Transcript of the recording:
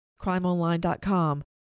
CrimeOnline.com